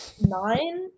nine